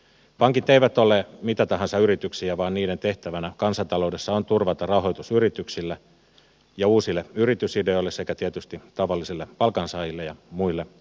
pankit eivät ole mitä tahansa yrityksiä vaan niiden tehtävänä kansantaloudessa on turvata rahoitus yrityksille ja uusille yritysideoille sekä tietysti tavallisille palkansaajille ja muille asiakkaille